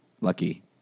lucky